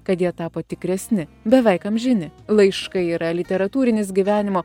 kad jie tapo tikresni beveik amžini laiškai yra literatūrinis gyvenimo